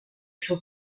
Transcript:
suo